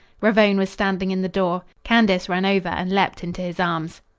ravone was standing in the door. candace ran over and leaped into his arms.